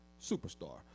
superstar